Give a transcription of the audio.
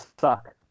suck